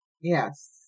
Yes